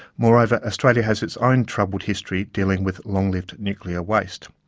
moreover, australia has its own troubled history dealing with long-lived nuclear waste.